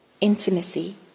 intimacy